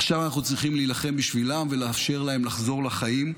עכשיו אנחנו צריכים להילחם בשבילם ולאפשר להם לחזור לחיים,